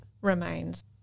remains